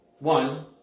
One